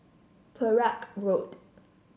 Perak Road